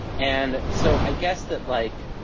and so, i guess that like.